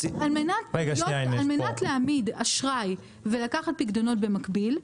על מנת להעמיד אשראי ולקחת פיקדונות במקביל,